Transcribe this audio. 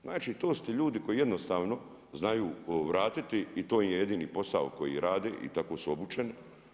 Znači, to su ti ljudi koji jednostavno znaju vratiti i to im je jedini posao koji rade i tako su obučeni.